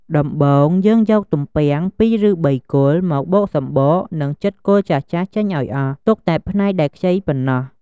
ដំបូង យើងយកទំពាំង ២ឬ៣គល់ មកបកសំបក និងចិតគល់ចាស់ៗចេញឱ្យអស់ ទុកតែផ្នែកដែលខ្ចីប៉ុណ្ណោះ។